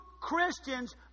Christians